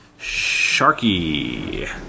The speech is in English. Sharky